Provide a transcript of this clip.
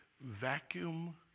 vacuum